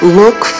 look